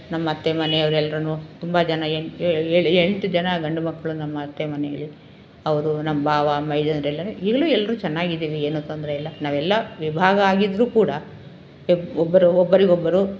ನಮ್ಮಅತ್ತೆ ಮನೆಯವ್ರೆಲ್ರೂ ತುಂಬ ಜನ ಏಳು ಎಂಟು ಜನ ಗಂಡು ಮಕ್ಕಳು ನಮ್ಮ ಅತ್ತೆ ಮನೆಯಲ್ಲಿ ಅವರು ನಮ್ಮ ಭಾವ ಮೈದುನರೆಲ್ಲರೂ ಈಗಲೂ ಎಲ್ಲರೊ ಚೆನ್ನಾಗಿದಿವಿ ಏನೂ ತೊಂದರೆಯಿಲ್ಲ ನಾವೆಲ್ಲ ವಿಭಾಗ ಆಗಿದ್ದರೂ ಕೂಡ ಒಬ್ ಒಬ್ಬರು ಒಬ್ಬರಿಗೊಬ್ಬರು